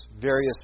various